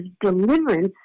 deliverance